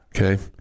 Okay